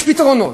יש פתרונות.